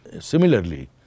Similarly